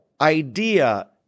idea